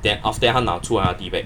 then after that 他拿出来那个 tea bag